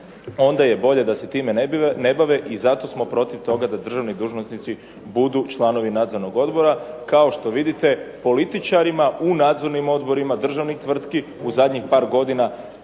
onda je bolje da se time ne bave i zato smo protiv toga da državni dužnosnici budu članovi nadzornog odbora. Kao što vidite političarima u nadzornim odborima u državnoj tvrtki u zadnjih par godina,